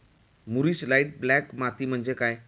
मूरिश light black माती म्हणजे काय?